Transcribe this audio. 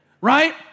Right